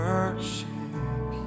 worship